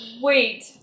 wait